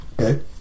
okay